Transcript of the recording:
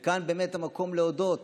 כאן באמת המקום להודות